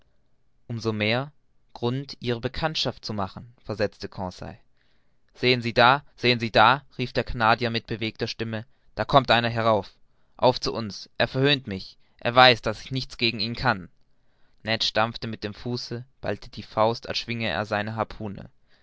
so mehr grund ihre bekanntschaft zu machen versetzte conseil sehen sie da sehen sie rief der canadier mit bewegter stimme da kommt einer heran auf uns zu er verhöhnt mich er weiß daß ich nichts gegen ihn kann ned stampfte mit dem fuße ballte die faust als schwinge er seine harpune